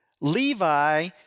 Levi